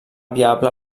viable